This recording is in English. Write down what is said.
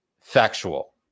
factual